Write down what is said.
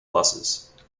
buses